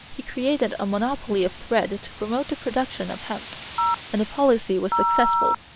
he created a monopoly of thread to promote the production of hemp and the policy was successful.